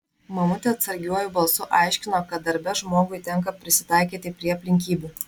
mamutė atsargiuoju balsu aiškino kad darbe žmogui tenka prisitaikyti prie aplinkybių